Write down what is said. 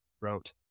wrote